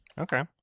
Okay